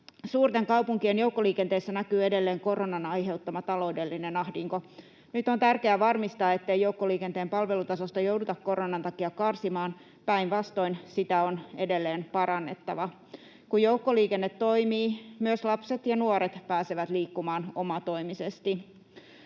Suurten kaupunkien joukkoliikenteessä näkyy edelleen koronan aiheuttama taloudellinen ahdinko. Nyt on tärkeää varmistaa, ettei joukkoliikenteen palvelutasosta jouduta koronan takia karsimaan, vaan päinvastoin sitä on edelleen parannettava. Kun joukkoliikenne toimii, myös lapset ja nuoret pääsevät liikkumaan omatoimisesti.